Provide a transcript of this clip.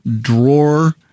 drawer